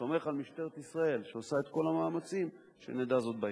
סומך על משטרת ישראל שהיא עושה את כל המאמצים שנדע זאת בהקדם.